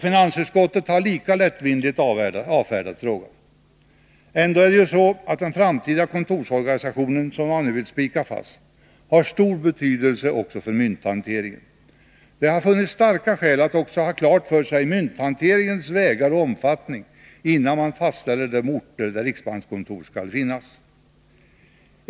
Finansutskottet har lika lättvindigt avfärdat frågan. Ändå är det ju så, att den framtida kontorsorganisationen, som man nu vill spika fast, har stor betydelse också för mynthanteringen. Det hade funnits starka skäl att också ha klart för sig mynthanteringens vägar och omfattning, innan man fastställer de orter där riksbankskontor skall finnas.